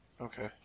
Okay